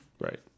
right